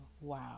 wow